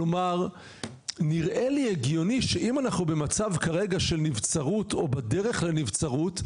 כלומר נראה לי הגיוני שאם אנחנו במצב כרגע של נבצרות או בדרך לנבצרות,